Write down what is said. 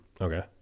Okay